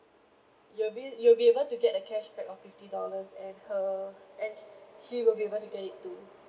you'll be you'll be able to get a cashback of fifty dollars and her and she will be able to get it too